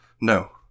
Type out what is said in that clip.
no